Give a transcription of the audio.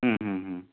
ಹ್ಞೂ ಹ್ಞೂ ಹ್ಞೂ